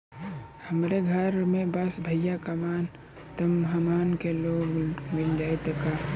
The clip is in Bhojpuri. हमरे घर में बस भईया कमान तब हमहन के लोन मिल जाई का?